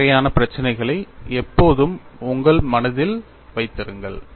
இந்த வகையான பிரச்சினைகளை எப்போதும் உங்கள் மனதில் வைத்திருங்கள்